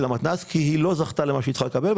המתנ"ס כי היא לא זכתה למה שהיא צריכה לקבל.